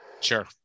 Sure